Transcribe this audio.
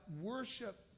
worship